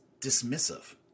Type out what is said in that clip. dismissive